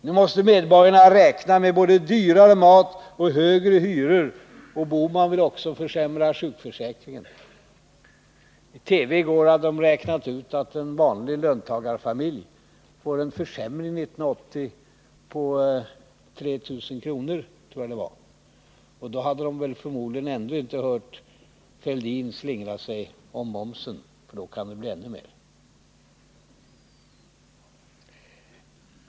Nu måste medborgarna räkna med både dyrare mat och högre hyror, och Gösta Bohman vill också försämra sjukförsäkringen. I går rapporterades i TV att man räknat ut att en vanlig löntagarfamilj får en försämring på, om jag minns rätt, 3 000 kr. under 1980. Och då hade de förmodligen inte hört Thorbjörn Fälldin slingra sig om momsen, för om den höjs kan försämringen bli ännu större.